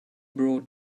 brought